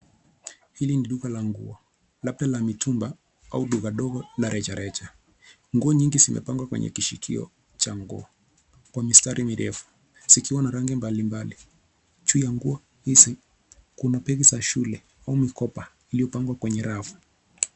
Hili ni duka la nguo labda la mitumba au duka ndogo la rejareja. Nguo nyingi zimepangwa kwenye kishikilio cha nguo kwa mistari mirefu zikiwa na rangi mbalimbali. Juu ya nguo hizi kuna begi za shule na mikoba iliyopangwa kwenye rafu.